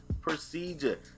procedure